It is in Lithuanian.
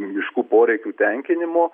miškų poreikių tenkinimo